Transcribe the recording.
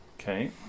okay